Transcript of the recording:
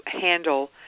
handle